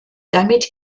damit